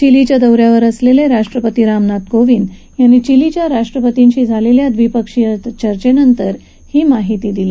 चिलीच्या दौ यावर असलेले राष्ट्रपती रामनाथ कोविंद यांनी चिलीच्या राष्ट्रपतींशी झालेल्य द्विपक्षीय चर्चेनंतर ही माहिती दिली